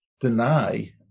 deny